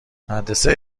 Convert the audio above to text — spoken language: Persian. مدرسه